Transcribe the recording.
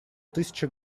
тысячи